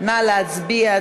נא להצביע.